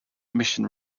mission